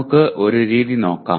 നമുക്ക് ഒരു രീതി നോക്കാം